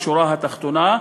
לשורה התחתונה,